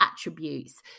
attributes